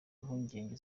impungenge